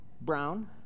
brown